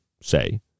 say